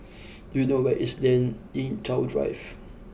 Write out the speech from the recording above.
do you know where is Lien Ying Chow Drive